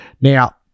Now